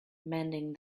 mending